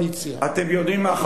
אתם יודעים מה?